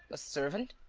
a servant?